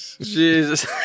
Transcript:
Jesus